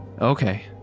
Okay